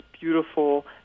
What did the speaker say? beautiful